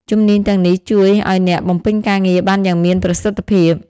ជំនាញទាំងនេះជួយឱ្យអ្នកបំពេញការងារបានយ៉ាងមានប្រសិទ្ធភាព។